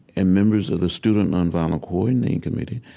and members of the student nonviolence coordinating committee,